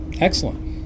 Excellent